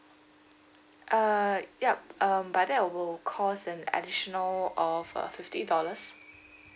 uh yup um but that will because an additional of a fifty dollars